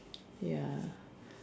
ya